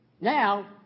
Now